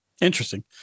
Interesting